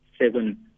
seven